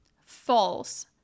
false